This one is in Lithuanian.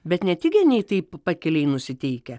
bet ne tik geniai taip pakiliai nusiteikę